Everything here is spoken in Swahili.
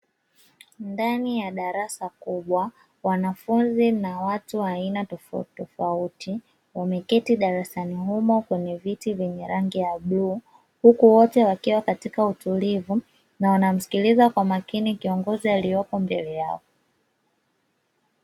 Ndani ya darasa kubwa, wanafunzi na watu wa aina tofautitofauti, wameketi darasani humo kwenye viti vyenye rangi ya bluu, huku wote wakiwa katika utulivu na wanamsikiliza kwa makini kiongozi aliyepo mbele yao.